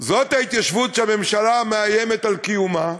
זאת ההתיישבות שהממשלה מאיימת על קיומה.